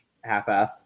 half-assed